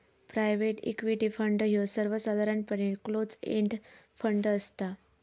private equity fund ह्यो सर्वसाधारणपणे close end fund असता